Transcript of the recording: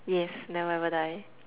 yes never ever die